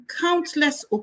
countless